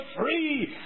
free